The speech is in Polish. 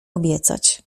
obiecać